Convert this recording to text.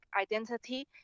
identity